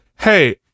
hey